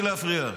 אז תפסיקי להפריע.